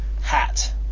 hat